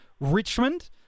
Richmond